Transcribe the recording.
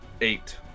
Eight